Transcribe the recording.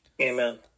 Amen